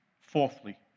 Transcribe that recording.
Fourthly